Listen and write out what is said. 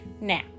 Now